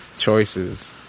choices